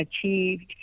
achieved